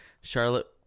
Charlotte